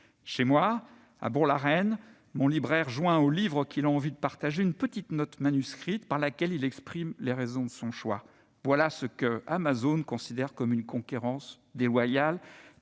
Chez moi, à Bourg-la-Reine, mon libraire joint aux livres qu'il a envie de partager une petite note manuscrite par laquelle il exprime les raisons de son choix. Voilà ce qu'Amazon considère comme une concurrence déloyale,